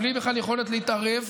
בלי בכלל יכולת להתערב,